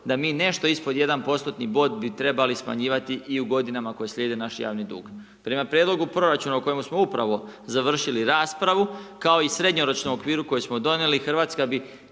da mi nešto ispod 1% bod bi trebali smanjivati i u godinama koje slijede naš javni dug. Prema prijedlogu proračuna o kojem smo upravo završili raspravu, kao i srednjoročno u okviru koji smo donijeli, Hrvatska bi